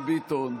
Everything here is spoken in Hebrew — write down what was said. דבי ביטון,